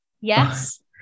Yes